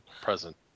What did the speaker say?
present